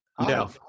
no